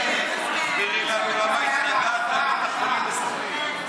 תסבירי לנו למה התנגדת לבית החולים בסח'נין.